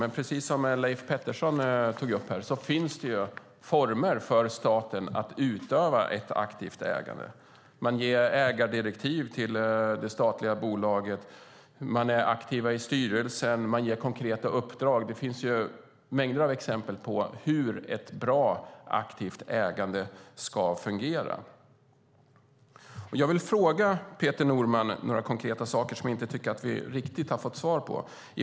Men precis som Leif Pettersson tog upp finns det former för staten att utöva ett aktivt ägande. Man ger ägardirektiv till det statliga bolaget. Man är aktiv i styrelsen. Man ger konkreta uppdrag. Det finns mängder av exempel på hur ett bra aktivt ägande ska fungera. Jag vill fråga Peter Norman om några konkreta saker som jag inte riktigt tycker att vi har fått svar på.